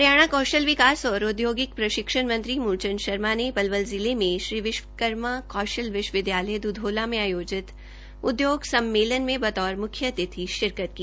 हरियाणा कौशल विकास और औद्योगिक प्रशिक्षण मंत्री मूलचंद शर्मा ने पलवल जिले में श्री विश्वकर्मा कौशल विश्वविद्यालय दुधौला में आयोजित उद्योग सम्मेलन में बतौर मुख्यतिथि शिरकत की